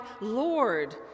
Lord